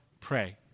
pray